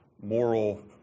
moral